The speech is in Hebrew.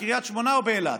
בקריית שמונה או באילת,